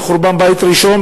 בחורבן בית ראשון,